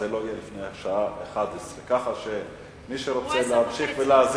זה לא יהיה לפני השעה 23:00. ככה שמי שרוצה להמשיך להאזין,